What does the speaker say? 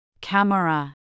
Camera